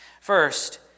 First